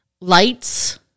lights